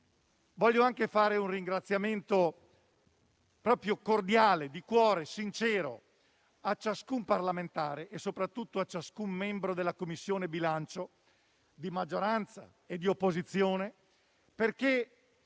voglio anche fare un ringraziamento cordiale, di cuore, sincero a ciascun parlamentare e soprattutto a ciascun membro della Commissione bilancio, di maggioranza e di opposizione, perché